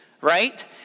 right